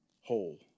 whole